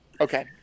Okay